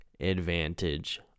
advantage